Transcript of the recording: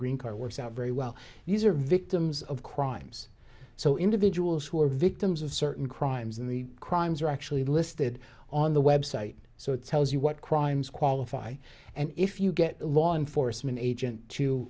green card works out very well these are victims of crimes so individuals who are victims of certain crimes in the crimes are actually listed on the website so it tells you what crimes qualify and if you get a law enforcement agent to